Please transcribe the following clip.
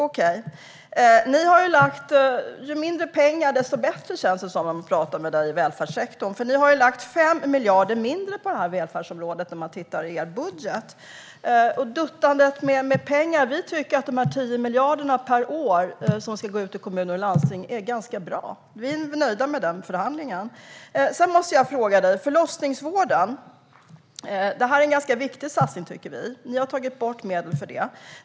Ju mindre pengar som satsas i välfärdssektorn, desto bättre, känns det som när man pratar med dig. Ni har i er budget lagt 5 miljarder mindre på det här välfärdsområdet. Ni tycker att vi duttar med pengar, men vi tycker att de 10 miljarder per år som ska gå till kommuner och landsting är ganska bra. Vi är nöjda med den förhandlingen. Sedan måste jag fråga dig om förlossningsvården. Här har vi en ganska viktig satsning, tycker vi. Ni har tagit bort medel för det.